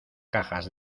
cajas